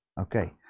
Okay